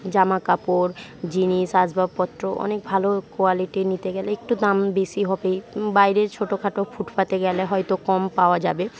জামাকাপড় জিনিস আসবাবপত্র অনেক ভালো কোয়ালিটি নিতে গেলে একটু দাম বেশি হবেই বাইরে ছোটোখাটো ফুঠপাথে গেলে হয়তো কম পাওয়া যাবে